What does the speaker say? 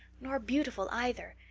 nor beautiful, either.